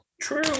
True